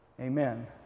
Amen